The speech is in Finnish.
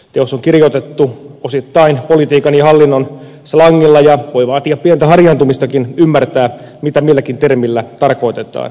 teos on kirjoitettu osittain politiikan ja hallinnon slangilla ja voi vaatia pientä harjaantumistakin ymmärtää mitä milläkin termillä tarkoitetaan